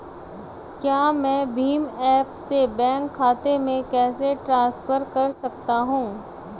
क्या मैं भीम ऐप से बैंक खाते में पैसे ट्रांसफर कर सकता हूँ?